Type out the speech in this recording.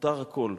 מותר הכול,